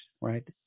right